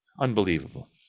Unbelievable